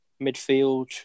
midfield